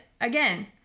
Again